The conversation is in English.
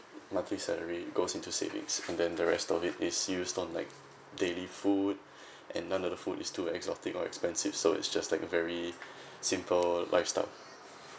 monthly salary goes into savings and then the rest of it is used on like daily food and none of the food is too exotic or expensive so it's just like a very simple lifestyle